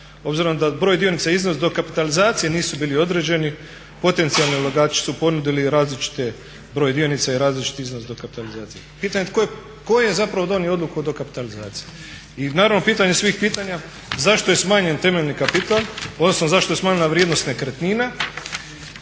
obzirom da broj dionica … dokapitalizacije nisu bili određeni potencijalni ulagači su ponudili različiti broj dionica i različit iznos dokapitalizacije. Pitanje je tko je zapravo donio odluku o dokapitalizaciji. I naravno pitanje svih pitanja, zašto je smanjen temeljni kapital odnosno zašto je smanjena vrijednost nekretnina